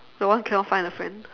the one who cannot find the friend